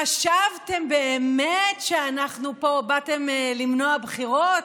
חשבתם באמת שבאתם למנוע בחירות?